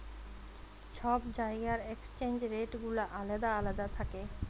ছব জায়গার exchange rate গুলা আলেদা আলেদা থ্যাকে